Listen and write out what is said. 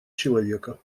человека